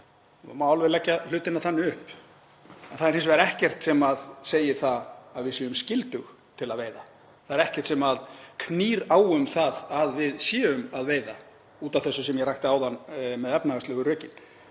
Það má alveg leggja hlutina þannig upp, það er hins vegar ekkert sem segir að við séum skyldug til að veiða. Það er ekkert sem knýr á um það að við séum að veiða út af þessu sem ég rakti áðan með efnahagslegu rökin.